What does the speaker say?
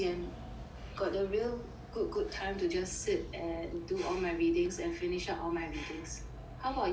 got the real good good time to just sit and do all my readings and finished up all my readings how about you